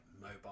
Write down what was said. mobile